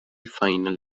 final